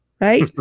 Right